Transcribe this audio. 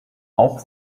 auch